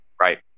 Right